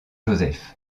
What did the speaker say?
joseph